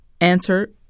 answer